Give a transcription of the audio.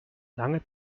lange